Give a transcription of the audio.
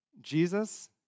Jesus